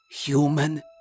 human